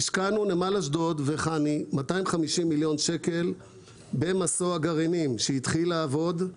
השקענו נמל אשדוד וחני 250 מיליון שקל במסוע גרעינים שהתחיל לעבוד,